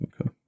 Okay